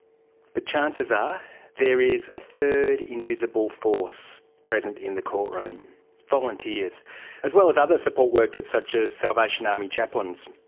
but chances are there is a third invisible force present in the courtroom volunteers as well as other support workers such as salvation army chaplains.